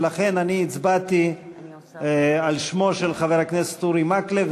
ולכן אני הצבעתי על שמו של חבר הכנסת אורי מקלב,